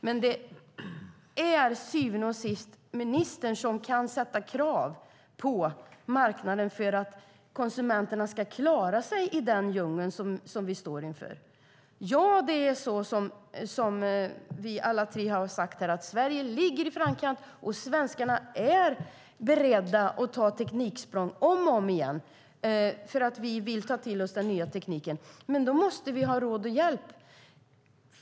Det är dock till syvende och sist ministern som kan ställa krav på marknaden för att konsumenterna ska klara sig i den djungel vi står inför. Ja, det är som vi alla tre här har sagt: Sverige ligger i framkant, och svenskarna är beredda att ta tekniksprång om och om igen. Vi vill nämligen ta till oss den nya tekniken, men då måste vi ha råd och hjälp.